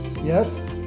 Yes